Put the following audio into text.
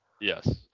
Yes